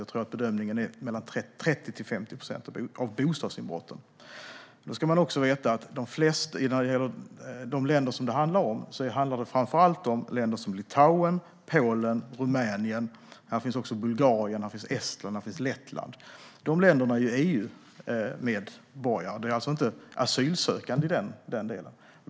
Jag tror att bedömningen är 30-50 procent av bostadsinbrotten. När det gäller de länder som det handlar om är det framför allt länder som Litauen, Polen och Rumänien. Här finns också Bulgarien, Estland och Lettland. I de länderna är de EU-medborgare. De är inte asylsökande i den delen.